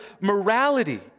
morality